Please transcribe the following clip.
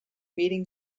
meeting